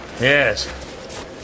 Yes